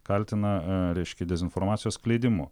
kaltina reiškia dezinformacijos skleidimu